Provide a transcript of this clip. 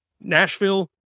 Nashville